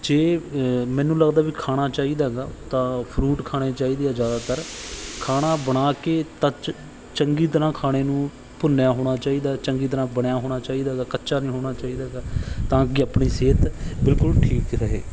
ਜੇ ਮੈਨੂੰ ਲੱਗਦਾ ਵੀ ਖਾਣਾ ਚਾਹੀਦਾ ਗਾ ਤਾਂ ਫਰੂਟ ਖਾਣੇ ਚਾਹੀਦੇ ਆ ਜ਼ਿਆਦਾਤਰ ਖਾਣਾ ਬਣਾ ਕੇ ਟੱਚ ਚੰਗੀ ਤਰ੍ਹਾ ਖਾਣੇ ਨੂੰ ਭੁੰਨਿਆ ਹੋਣਾ ਚਾਹੀਦਾ ਚੰਗੀ ਤਰ੍ਹਾਂ ਬਣਿਆ ਹੋਣਾ ਚਾਹੀਦਾ ਗਾ ਕੱਚਾ ਨਹੀਂ ਹੋਣਾ ਚਾਹੀਦਾ ਗਾ ਤਾਂ ਕਿ ਆਪਣੀ ਸਿਹਤ ਬਿਲਕੁਲ ਠੀਕ ਰਹੇ